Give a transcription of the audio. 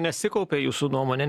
nesikaupia jūsų nuomone